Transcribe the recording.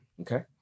Okay